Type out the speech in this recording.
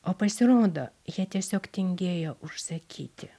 o pasirodo jie tiesiog tingėjo užsakyti